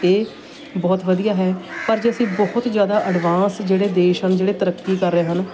ਇਹ ਬਹੁਤ ਵਧੀਆ ਹੈ ਪਰ ਜੇ ਅਸੀਂ ਬਹੁਤ ਜ਼ਿਆਦਾ ਐਡਵਾਂਸ ਜਿਹੜੇ ਦੇਸ਼ ਹਨ ਜਿਹੜੇ ਤਰੱਕੀ ਕਰ ਰਹੇ ਹਨ